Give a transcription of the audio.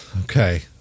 Okay